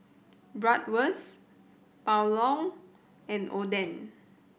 Bratwurst Pulao and Oden